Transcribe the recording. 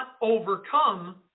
overcome